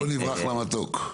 אנחנו בורחים למתוק.